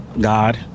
God